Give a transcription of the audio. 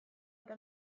eta